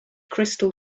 crystal